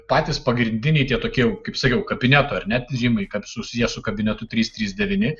patys pagrindiniai tie tokie jau kaip sakiau kabineto tyrimai kad susiję su kabinetu trys trys devyni